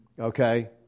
Okay